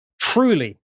Truly